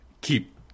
keep